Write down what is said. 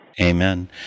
Amen